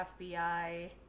FBI